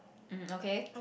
mm okay